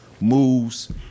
Moves